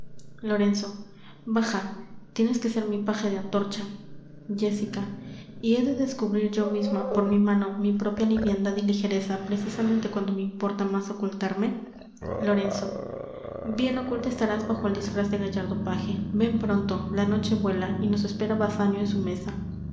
lorenzo baja tienes que ser mi paje de antorcha jéssica y he de descubrir yo misma por mi mano mi propia liviandad y ligereza precisamente cuando me importa más ocultarme lorenzo bien oculta estarás bajo el disfraz de gallardo paje ven pronto la noche vuela y nos espera basanio en su mesa